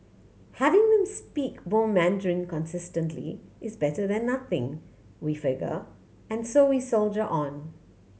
having them speak some Mandarin consistently is better than nothing we figure and so we soldier on